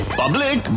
public